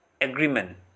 agreement